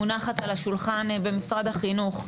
מונחת על השולחן במשרד החינוך,